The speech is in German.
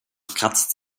kratzt